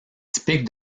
typique